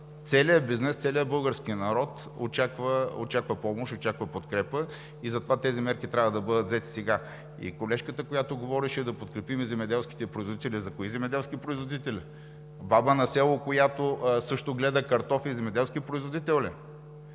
целият бизнес, целият български народ очаква помощ, очаква подкрепа и затова тези мерки трябва да бъдат взети сега. Колежката говореше да подкрепим земеделските производители. Кои земеделски производители? Баба на село, която също гледа картофи, земеделски производител